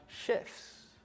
shifts